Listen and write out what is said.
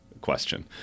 question